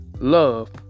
love